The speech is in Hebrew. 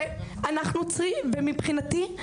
ומבחינתי,